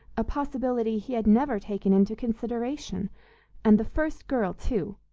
a possibility he had never taken into consideration and the first girl, too,